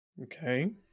Okay